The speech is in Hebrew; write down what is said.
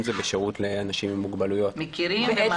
אם זה באפשרות לאנשים עם מוגבלויות -- מכירים ומעריכים.